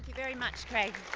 very much craig.